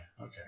okay